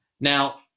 Now